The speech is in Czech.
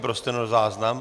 Pro stenozáznam.